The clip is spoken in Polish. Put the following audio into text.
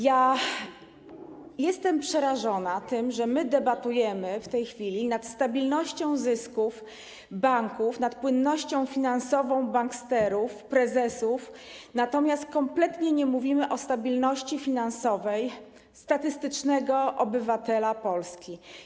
Jestem przerażona tym, że debatujemy w tej chwili nad stabilnością zysków banków, nad płynnością finansową banksterów, prezesów, natomiast kompletnie nie mówimy o stabilności finansowej statystycznego obywatela Polski.